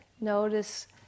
notice